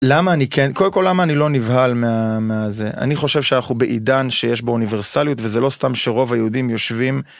למה אני כן, קודם כל למה אני לא נבהל מהזה, אני חושב שאנחנו בעידן שיש באוניברסליות וזה לא סתם שרוב היהודים יושבים.